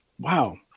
Wow